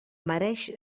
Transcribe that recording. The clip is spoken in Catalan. mereix